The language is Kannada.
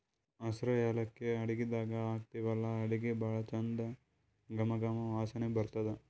ಹಸ್ರ್ ಯಾಲಕ್ಕಿ ಅಡಗಿದಾಗ್ ಹಾಕ್ತಿವಲ್ಲಾ ಅಡಗಿ ಭಾಳ್ ಚಂದ್ ಘಮ ಘಮ ವಾಸನಿ ಬರ್ತದ್